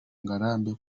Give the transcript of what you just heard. ngarambe